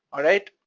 alright?